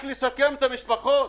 רק לשקם את המשפחות.